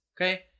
Okay